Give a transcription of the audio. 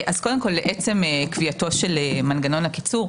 קודם כל לעצם קביעתו של מנגנון הקיצור.